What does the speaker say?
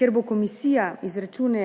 Ker bo komisija izračune